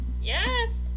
Yes